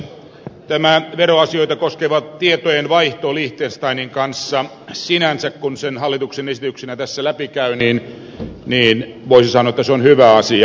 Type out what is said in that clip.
tämä veroasioita koskeva tietojen vaihto liechtensteinin kanssa kun sen hallituksen esityksenä tässä läpi käy on sinänsä voisi sanoa hyvä asia